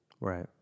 Right